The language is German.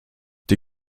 die